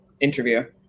interview